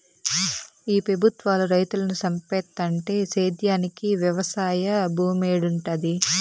ఈ పెబుత్వాలు రైతులను సంపేత్తంటే సేద్యానికి వెవసాయ భూమేడుంటది